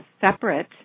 separate